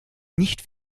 nicht